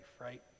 right